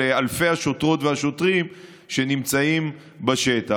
אלפי השוטרות והשוטרים שנמצאים בשטח.